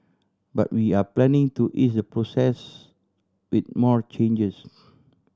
but we are planning to ease the process with more changes